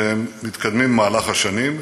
שמתקדמים במהלך השנים,